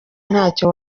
ntacyo